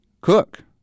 Cook